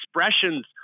expressions